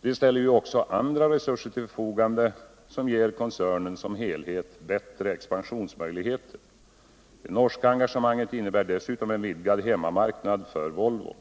De ställer ju också andra resurser till förfogande, som ger koncernen som helhet bättre expansionsmöjligheter. Det norska engagemanget innebär dessutom en vidgad hemmamarknad för Volvo.